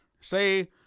say